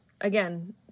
Again